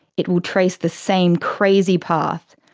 it will trace the same crazy path,